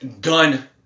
gun